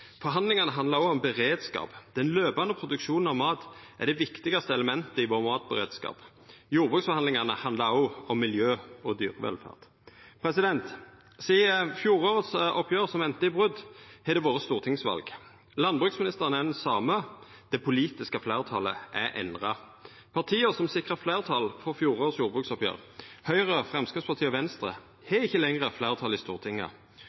Forhandlingane handlar òg om beredskap. Den jamlege produksjonen av mat er det viktigaste elementet i matberedskapen vår. Jordbruksforhandlingane handlar òg om miljø og dyrevelferd. Sidan fjorårets oppgjer, som enda i brot, har det vore stortingsval. Landbruksministeren er den same. Det politiske fleirtalet er endra. Partia som sikra fleirtal for fjorårets jordbruksoppgjer, Høgre, Framstegspartiet og Venstre, har ikkje lenger fleirtal i Stortinget.